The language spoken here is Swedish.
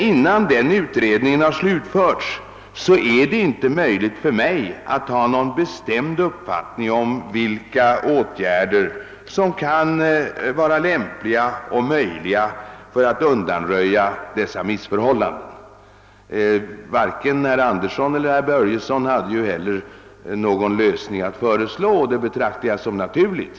Innan utredningen slutfört sitt uppdrag, är det emellertid inte möjligt för mig att hysa någon bestämd uppfattning om vilka åtgärder som kan vara lämpliga och möjliga att vidta för att undanröja missförhållandena. Varken herr Andersson eller herr Börjesson i Falköping hade för övrigt någon lösning att föreslå, och det betraktar jag som naturligt.